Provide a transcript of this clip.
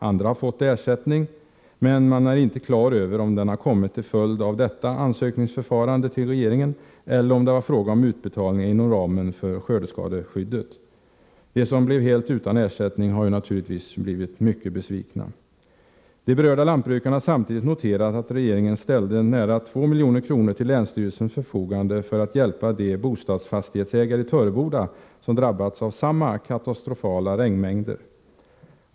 Andra har fått ersättning, men man är inte klar över om den har kommit till följd av detta ansökningsförfarande till regeringen, eller om det var fråga om utbetalningar från skördeskadeskyddet. De som blev helt utan ersättning har naturligtvis blivit mycket besvikna. De berörda lantbrukarna har samtidigt noterat att regeringen ställde nära 2 milj.kr. till länsstyrelsens förfogande för att hjälpa de bostadsfastighetsägare i Töreboda som drabbades av samma katastrofala regnmängder.